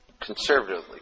conservatively